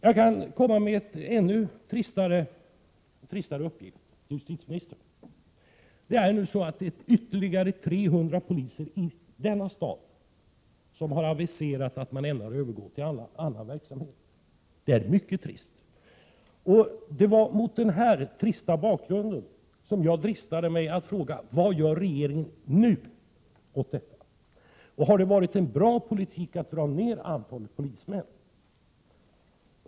Jag kan lämna en ännu tristare uppgift till justitieministern. Ytterligare 300 poliser i denna stad har aviserat att de ämnar övergå till annan verksamhet. Det är mycket trist. Det var mot denna trista bakgrund som jag dristade mig att fråga: Vad gör regeringen nu åt detta? Har det varit en bra politik att dra ned antalet polismän?